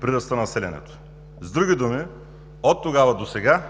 прираста на населението. С други думи, оттогава досега